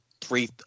three